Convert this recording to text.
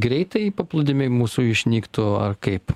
greitai paplūdimiai mūsų išnyktų ar kaip